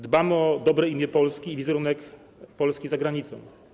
Dbamy o dobre imię Polski i wizerunek Polski za granicą.